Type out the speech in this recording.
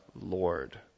Lord